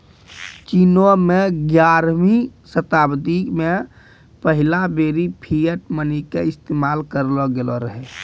चीनो मे ग्यारहवीं शताब्दी मे पहिला बेरी फिएट मनी के इस्तेमाल करलो गेलो रहै